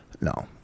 no